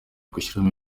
gushyiramo